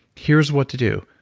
here's what to do.